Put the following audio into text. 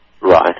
right